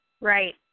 Right